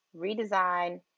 redesign